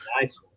nice